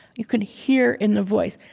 you could hear in the voice.